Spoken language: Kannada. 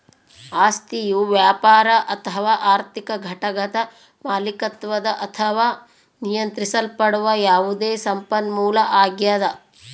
ಆಸ್ತಿಯು ವ್ಯಾಪಾರ ಅಥವಾ ಆರ್ಥಿಕ ಘಟಕದ ಮಾಲೀಕತ್ವದ ಅಥವಾ ನಿಯಂತ್ರಿಸಲ್ಪಡುವ ಯಾವುದೇ ಸಂಪನ್ಮೂಲ ಆಗ್ಯದ